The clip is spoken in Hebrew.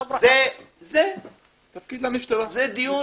זה דיון